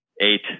Eight